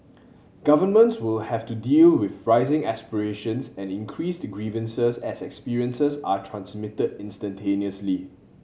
governments will have to deal with rising aspirations and increased grievances as experiences are transmitted instantaneously